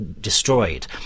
destroyed